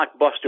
blockbuster